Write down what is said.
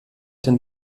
den